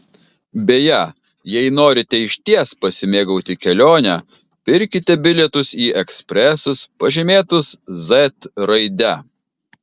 beje jei norite išties pasimėgauti kelione pirkite bilietus į ekspresus pažymėtus z raide